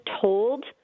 told